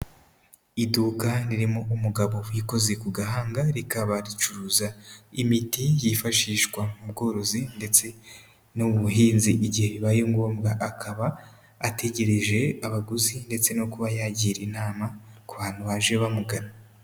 Iduka ririmo umugabo wikoze ku gahanga, rikaba ricuruza imiti yifashishwa mu bworozi ndetse no mu buhinzi igihe bibaye ngombwa, akaba ategereje abaguzi ndetse no kuba yagira inama ku bantu baje bamugana.